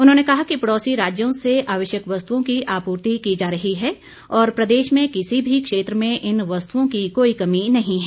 उन्होंने कहा कि पड़ोसी राज्यों से आवश्यक वस्तुओं की आपूर्ति की जा रही है और प्रदेश में किसी भी क्षेत्र में इन वस्तुओं की कोई कमी नहीं है